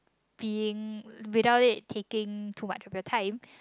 being without it taking too much of your time